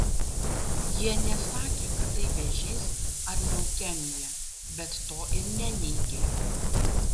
jie nesakė kad tai vėžys ar leukemija bet to ir neneigė